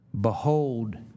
Behold